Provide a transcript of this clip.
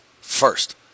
First